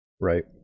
Right